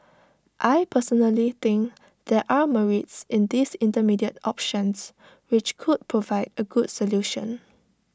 I personally think there are merits in these intermediate options which could provide A good solution